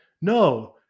no